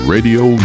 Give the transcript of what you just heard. Radio